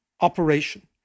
operation